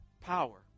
Power